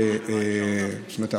זאת אומרת,